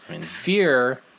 Fear